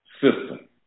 system